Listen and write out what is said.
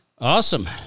awesome